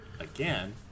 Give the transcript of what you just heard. again